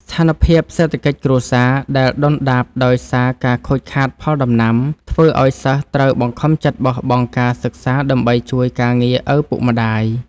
ស្ថានភាពសេដ្ឋកិច្ចគ្រួសារដែលដុនដាបដោយសារការខូចខាតផលដំណាំ ធ្វើឱ្យសិស្សត្រូវបង្ខំចិត្តបោះបង់ការសិក្សាដើម្បីជួយការងារឪពុកម្តាយ។